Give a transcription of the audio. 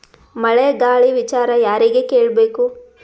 ಮಳೆ ಗಾಳಿ ವಿಚಾರ ಯಾರಿಗೆ ಕೇಳ್ ಬೇಕು?